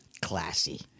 Classy